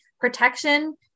protection